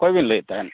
ᱚᱠᱚᱭ ᱵᱤᱱ ᱞᱟᱹᱭᱮᱫ ᱛᱟᱦᱮᱱ